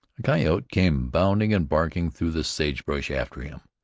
a coyote came bounding and barking through the sage-brush after him.